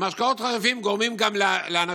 כי משקאות חריפים גורמים לאנשים,